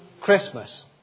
Christmas